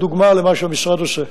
דוגמה למה שהמשרד עושה.